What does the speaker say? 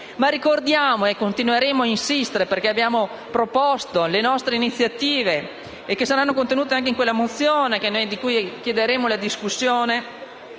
Noi continueremo a insistere - abbiamo proposto le nostre iniziative, che saranno contenute anche in quella mozione di cui chiederemo la discussione